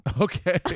Okay